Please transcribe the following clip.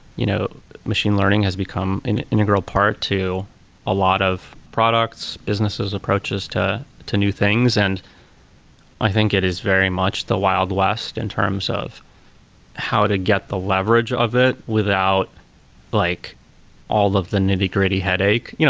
you know machine learning has become an integral part to a lot of products, business's approaches to to new things. and i think it is very much the wild west in terms of how to get the leverage of it, without like all of the nitty-gritty headache. yeah